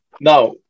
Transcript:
Now